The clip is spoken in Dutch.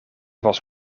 was